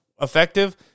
effective